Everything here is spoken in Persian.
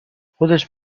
خودش